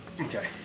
Okay